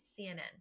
CNN